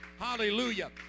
Hallelujah